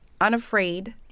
unafraid